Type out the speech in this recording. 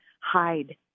hide